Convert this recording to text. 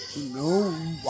No